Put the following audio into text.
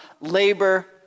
labor